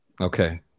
Okay